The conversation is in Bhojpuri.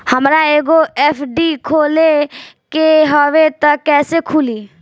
हमरा एगो एफ.डी खोले के हवे त कैसे खुली?